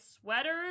sweaters